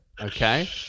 Okay